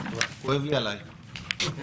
כואב לי עליך.